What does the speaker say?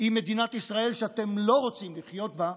היא מדינת ישראל שאתם לא רוצים לחיות בה,